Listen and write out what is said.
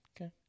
Okay